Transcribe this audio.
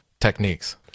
techniques